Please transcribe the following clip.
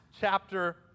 chapter